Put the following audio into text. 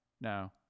No